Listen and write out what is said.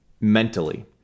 mentally